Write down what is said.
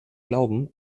glauben